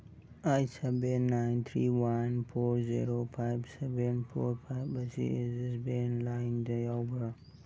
eight seven nine three one four zero five seven four five ꯑꯁꯤ Axis bank ꯂꯥꯏꯝꯗ ꯌꯥꯎꯕ꯭ꯔꯥ